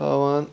تھاوان